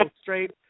straight